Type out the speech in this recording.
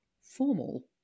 formal